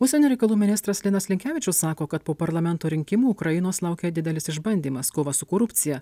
užsienio reikalų ministras linas linkevičius sako kad po parlamento rinkimų ukrainos laukia didelis išbandymas kova su korupcija